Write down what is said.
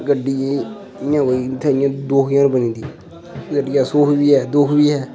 गड्डी एह् इ'यां कोई इ'त्थें इ'यां दुख जन बनी जंदी गड्डिया सुख बी ऐ दुख बी ऐ